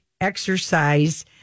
exercise